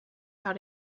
how